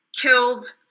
killed